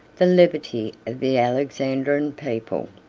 the levity of the alexandrian people,